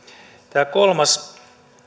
tämä kolmas